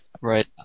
right